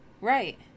right